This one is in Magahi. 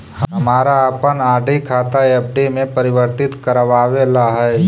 हमारा अपन आर.डी खाता एफ.डी में परिवर्तित करवावे ला हई